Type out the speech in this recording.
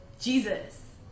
Jesus